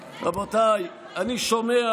רבותיי, אני שומע